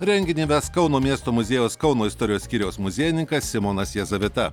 renginį ves kauno miesto muziejaus kauno istorijos skyriaus muziejininkas simonas jezavita